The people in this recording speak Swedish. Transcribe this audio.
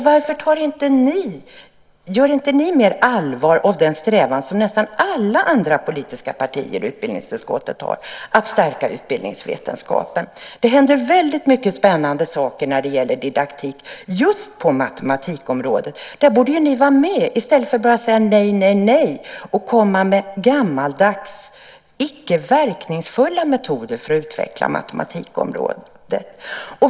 Varför gör inte ni mer allvar av den strävan som nästan alla andra politiska partier i utbildningsutskottet har, att stärka utbildningsvetenskapen? Det händer väldigt mycket spännande saker när det gäller didaktik just på matematikområdet. Där borde ni vara med i stället för att bara säga nej och komma med gammaldags icke verkningsfulla metoder för att utveckla matematikämnet.